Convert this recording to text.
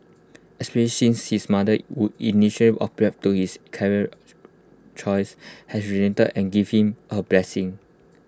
especially since his mother who initia to his career choice has relented and give him A blessings